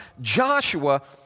Joshua